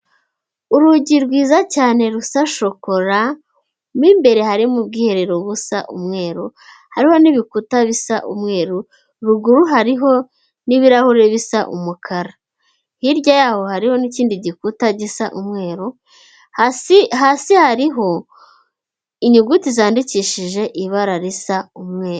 Urugi rwiza cyane rusa shokora, mo imbere harimo ubwiherero busa umweru, hariho n'ibikuta bisa umweru, ruguru hariho n'ibirahuri bisa umukara, hirya yaho hariho n'ikindi gikuta gisa umweru, hasi hasi hariho inyuguti zandikishije ibara risa umweru.